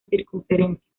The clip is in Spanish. circunferencia